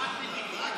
רק לביבי.